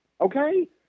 okay